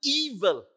evil